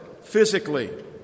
physically